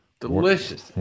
delicious